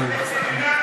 חבר הכנסת,